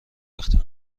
وقتی